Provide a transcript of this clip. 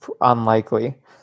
unlikely